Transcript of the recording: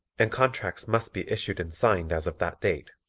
and contracts must be issued and signed as of that date.